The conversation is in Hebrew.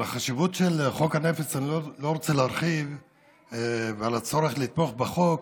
על החשיבות של חוק הנפץ אני לא רוצה להרחיב ועל הצורך לתמוך בחוק,